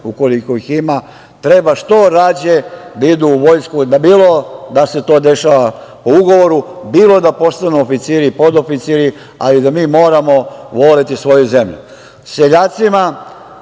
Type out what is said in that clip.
ukoliko ih ima, treba što rađe da idu u vojsku, bilo da se to dešava po ugovoru, bilo da postanu oficiri, podoficiri, ali da mi moramo voleti svoju zemlju. Seljacima